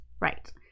Right